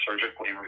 surgically